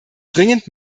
dringend